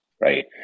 right